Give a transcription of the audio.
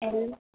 L